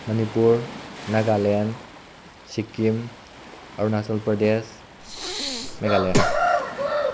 Manipur Nagaland Sikkim Arunachal Pradesh Meghalaya